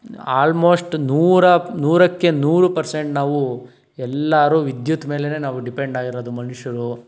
almost ನೂರ ನೂರಕ್ಕೆ ನೂರು ಪರ್ಸೆಂಟ್ ನಾವು ಎಲ್ಲರೂ ವಿದ್ಯುತ್ ಮೇಲೇ ನಾವು ಡಿಪೆಂಡ್ ಆಗಿರೋದು ಮನುಷ್ಯರು